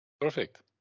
perfect